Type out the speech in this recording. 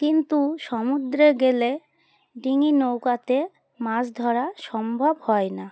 কিন্তু সমুদ্রে গেলে ডিঙি নৌকাতে মাছ ধরা সম্ভব হয় না